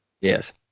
Yes